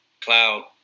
cloud